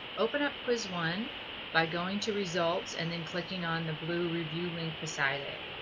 open up quiz one by going to results and then clicking on the blue review link beside it.